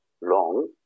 long